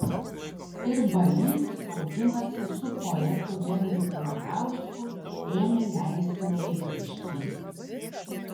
ir balys auginasi su poetu henriku radausku ėmė leisti laikraštį